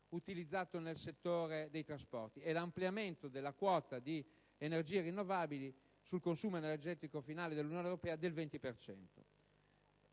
utilizzato nel settore dei trasporti, e l'ampliamento della quota di energie rinnovabili sul consumo energetico finale dell'Unione europea del 20